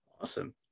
Awesome